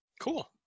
Cool